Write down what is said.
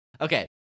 okay